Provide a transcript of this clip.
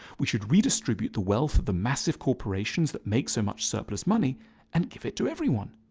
we should redistribute the wealth of the massive corporations that make so much surplus money and give it to everyone.